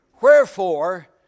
Wherefore